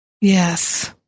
Yes